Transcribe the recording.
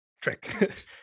trick